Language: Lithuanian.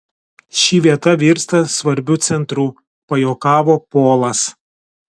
ši vieta virsta svarbiu centru pajuokavo polas